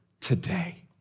today